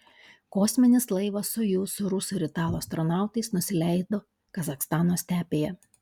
kosminis laivas sojuz su rusų ir italų astronautais nusileido kazachstano stepėje